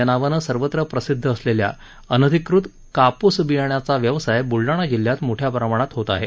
या नावाने सर्वत्र परिचित असलेल्या अनधिकृत कापूस बियाण्याचा व्यवसाय ब्लडाणा जिल्ह्यात मोठया प्रमाणात होत आहे